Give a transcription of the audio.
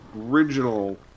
original